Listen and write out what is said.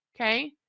okay